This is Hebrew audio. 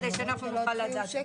כדי שאנחנו נוכל לדעת.